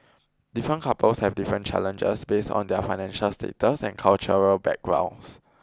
different couples have different challenges based on their financial status and cultural backgrounds